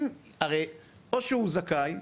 הרי או שהוא זכאי,